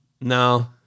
no